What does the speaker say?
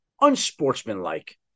Unsportsmanlike